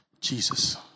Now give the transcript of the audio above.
Jesus